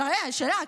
שלה,